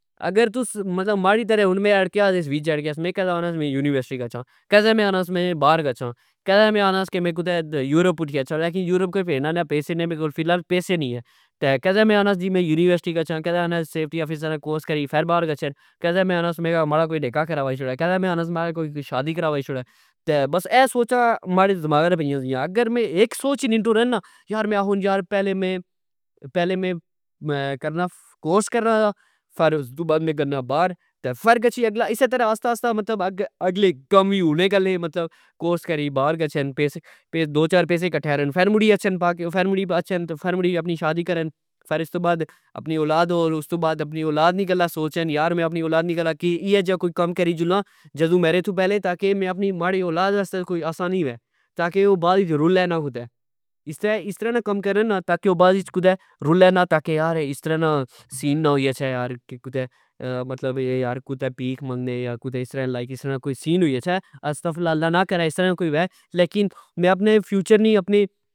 اگر تس ماڑی طرع ہن میں اڑکیا وا سیس میں آکھنا سا کہ میں یونیورسٹی گچھا کدہ میں آکھنا کہ میں بار گچھا کدہ میں آکھنا کہ یورپ گچھا یورپ پیجنے آلے پیجی شوڑنے لیکن فلخال پیسے نی اے کدہ میں آکھنا کہ میں یونیورسٹی گچھا کدہ آکھنا سیفٹی آفیسر نا کورس کری فر بار گچھا کدہ میں آکھنا ماڑا کوئی نکاخ کرا چھوڑہ کدہ میں آکھنا ماڑی کوئی شادی کرائی چھوڑہ تہ بس اہ سوچا ماڑے داغہ وچ پئیا ویا اگر میں سوچ کنی ٹرا نا یار میں ہن یار پہلے میں <>کرناکورس کرنا فر استو بعد میں کرنا بار تہ فر گچھی اگلہ اسہ طرع آستہ آستہ اگلے کم وی ہونے گلنے مطلب کورس کری بار گچھن دو چار پیسے کٹھے آ رین فر مڑی اچھن فر مڑی اچھن تہ اپنی شادی کرن فر استو بعد اپنی اولاد ہو استو بعد اپنی اولاد نی گلاں سوچن یار میں اپنی اولاد گلہ کوئی ایہ جا کم کری جلاں جدو میرے تو پہلے تاکے ماڑی اولاد واستہ کوئی آسانی وہہ تاکہ او بعد اچ رلہ نا کتھہ اس طرع نا کم کرن نا تاکہ او بعد اچ کرہ رلہ نا تاکہ یار اس طرع نا سین نا یوئی گچھے کتہ مطلب کتھہ پیک منگنے یا کوئی اس طرع نا سین ہوئی گچھہ استغفراللہ اللہ نا کرہ اس طرع کوئی ہووہ لیکن میں اپنے فیوچر نی اپنی